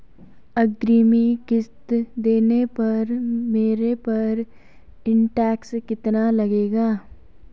अग्रिम किश्त देने पर मेरे पर इंट्रेस्ट कितना लगेगा?